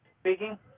Speaking